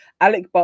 Alec